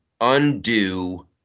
undo